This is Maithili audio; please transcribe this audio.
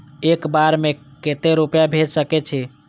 एक बार में केते रूपया भेज सके छी?